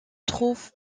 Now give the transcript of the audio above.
trouve